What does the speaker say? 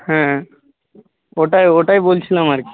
হ্যাঁ ওটাই ওটাই বলছিলাম আর